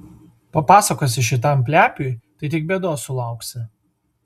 papasakosi šitam plepiui tai tik bėdos sulauksi